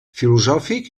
filosòfic